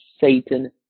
Satan